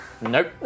Nope